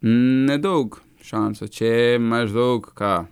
nedaug šansų čia maždaug ką